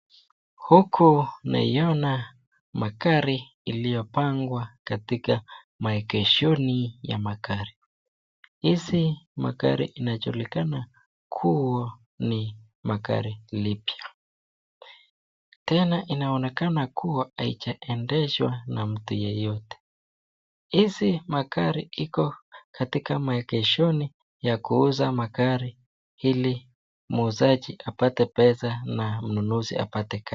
Huku naiona magari iliyopandwa katika maegeshoni ya magari. Hizi magari inajulikana kuwa ni magari iliyo tena inaonekana kuwa haijaendeshwa na mtu yeyote. Hizi magari iko katika maegeshoni ya kuuza magari ili muuzaji apate pesa na mnunuzi apate gari.